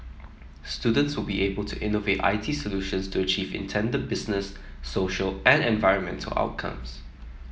students will be able to innovate I T solutions to achieve intended business social and environmental outcomes